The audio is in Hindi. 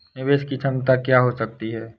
निवेश की क्षमता क्या हो सकती है?